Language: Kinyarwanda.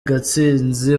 gatsinzi